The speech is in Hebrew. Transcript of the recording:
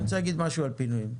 אני רוצה להגיד משהו על פינויים,